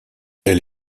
elle